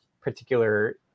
particular